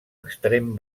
extrem